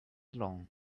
along